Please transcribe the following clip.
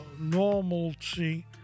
Normalcy